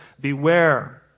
Beware